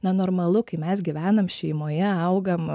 na normalu kai mes gyvenam šeimoje augam